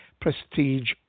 prestige